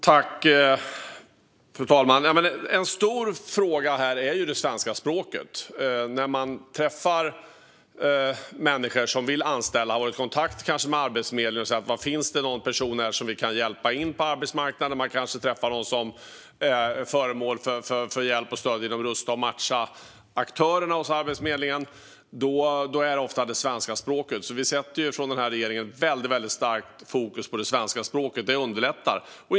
Fru talman! En stor fråga här är ju svenska språket. Jag träffar människor som vill anställa och som kanske har varit i kontakt med Arbetsförmedlingen och frågat om det finns någon person som de kan hjälpa in på arbetsmarknaden. De kanske träffar någon som är föremål för hjälp och stöd genom de aktörer hos Arbetsförmedlingen som sysslar med att rusta och matcha. Det handlar ofta om svenska språket. Från den här regeringens sida sätter vi därför väldigt starkt fokus på svenska språket - det underlättar.